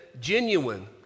genuine